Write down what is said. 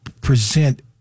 present